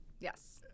Yes